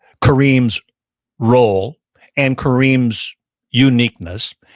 kareem's role and kareem's uniqueness,